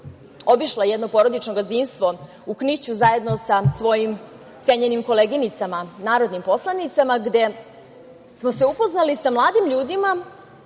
obišla jedno porodično gazdinstvo u Kniću, zajedno sa svojim cenjenim koleginicama, narodnim poslanicama, gde smo se upoznali sa mladim ljudima